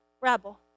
rabble